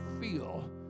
feel